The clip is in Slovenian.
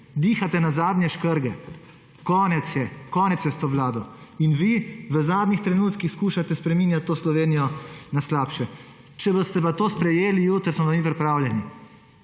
Dihate na zadnje škrge, konec je, konec je s to vlado. In vi v zadnjih trenutkih skušate spreminjati to Slovenijo na slabše. Če boste pa to sprejeli jutri, smo mi pripravljeni.